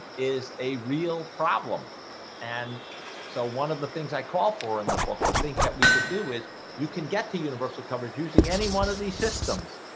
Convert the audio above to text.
is a real problem and so one of the things i call for in the book or think that we could do is you can get to universal coverage using any one of these systems?